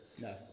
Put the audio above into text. No